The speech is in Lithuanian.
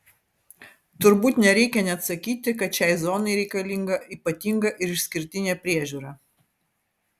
turbūt nereikia net sakyti kad šiai zonai reikalinga ypatinga ir išskirtinė priežiūra